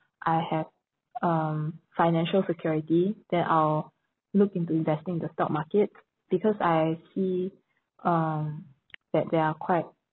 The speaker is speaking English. I have um financial security then I'll look into investing in the stock market because I see uh that there are quite